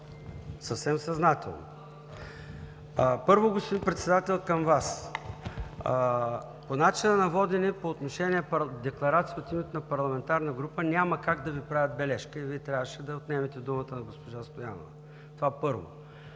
в този тон. Първо, господин Председател, към Вас. По начина на водене по отношение на декларацията от името на парламентарна група няма как да Ви правят бележка и Вие трябваше да отнемете думата на госпожа Стоянова. Второ,